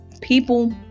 people